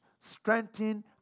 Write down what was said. strengthen